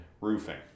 roofing